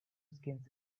skins